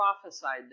prophesied